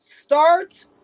Start